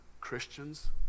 Christians